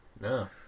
No